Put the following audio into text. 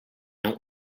out